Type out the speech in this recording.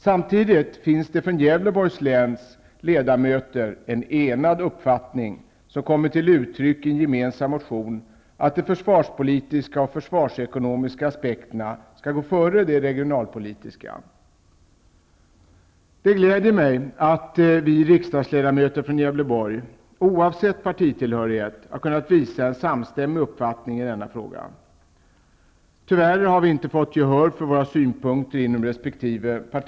Samtidigt finns det från Gävleborgs läns ledamöter en enig uppfattning, som kommer till uttryck i en gemensam motion, att de försvarspolitiska och försvarsekonomiska aspekterna skall gå före de regionalpolitiska. Det gläder mig att vi riksdagsledamöter från Gävleborg, oavsett partitillhörighet, har kunnat visa upp en samstämmig uppfattning i denna fråga. Tyvärr har vi inte fått gehör för våra synpunkter inom resp.